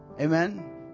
Amen